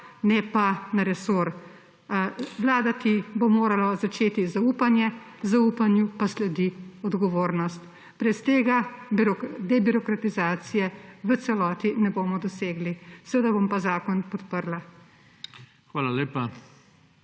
ne pa na resor. Vladati bo moralo začeti zaupanje, zaupanju pa sledi odgovornost. Brez tega debirokratizacije v celoti ne bomo dosegli. Seveda bom pa zakon podprla.